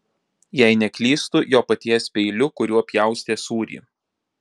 jei neklystu jo paties peiliu kuriuo pjaustė sūrį